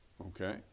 Okay